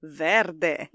verde